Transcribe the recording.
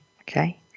Okay